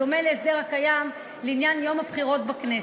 בדומה להסדר הקיים לעניין יום הבחירות לכנסת.